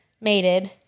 mated